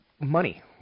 money